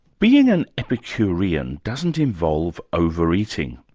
being an epicurean doesn't involve over-eating,